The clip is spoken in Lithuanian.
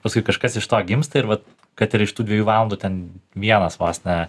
paskui kažkas iš to gimsta ir vat kad ir iš tų dviejų valandų ten vienas vos ne